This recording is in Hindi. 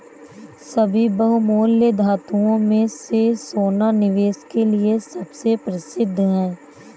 सभी बहुमूल्य धातुओं में से सोना निवेश के लिए सबसे प्रसिद्ध है